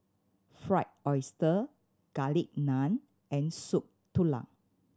Fried Oyster Garlic Naan and Soup Tulang